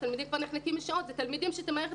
התלמידים כבר נחנקים משעות ואלה תלמידים שאת מערכת